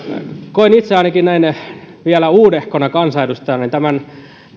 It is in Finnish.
koen itse ainakin näin vielä uudehkona kansanedustajana tämän